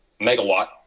Megawatt